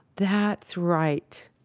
that's right.